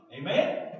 Amen